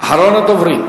אחרון הדוברים.